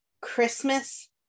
Christmas